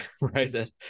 right